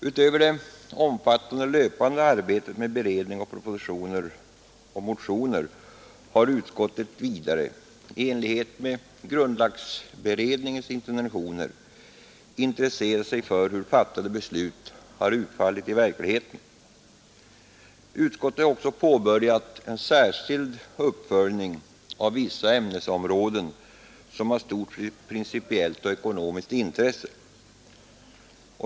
Utöver det omfattande löpande arbetet med beredning av propositioner och motioner har utskottet vidare, i enlighet med grundlagberedningens intentioner, intresserat sig för hur fattade beslut har utfallit i verkligheten. Utskottet har också påbörjat en särskild uppföljning av vissa ämnesområden som har stort principiellt och ekonomiskt intresse.